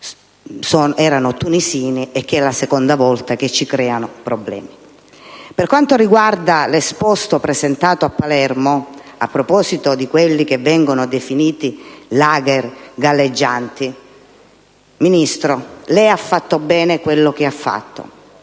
Per quanto riguarda l'esposto presentato a Palermo a proposito di quelli che vengono definiti *lager* galleggianti, il Ministro ha ben operato,